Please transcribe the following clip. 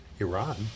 iran